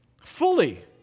fully